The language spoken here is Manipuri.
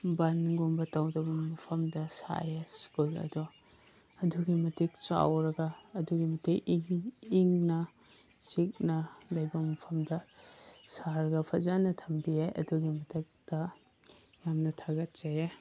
ꯕꯟꯒꯨꯝꯕ ꯇꯧꯗꯕ ꯃꯐꯝꯗ ꯁꯥꯏꯌꯦ ꯁ꯭ꯀꯨꯜ ꯑꯗꯣ ꯑꯗꯨꯛꯀꯤ ꯃꯇꯤꯛ ꯆꯥꯎꯔꯒ ꯑꯗꯨꯛꯀꯤ ꯃꯇꯤꯛ ꯏꯪ ꯏꯪꯅ ꯆꯤꯛꯅ ꯂꯩꯕ ꯃꯐꯝꯗ ꯁꯥꯔꯒ ꯐꯖꯅ ꯊꯝꯕꯤꯌꯦ ꯑꯗꯨꯒꯤ ꯃꯊꯛꯇ ꯌꯥꯝꯅ ꯊꯥꯒꯠꯆꯩꯌꯦ